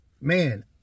man